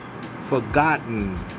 forgotten